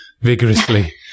vigorously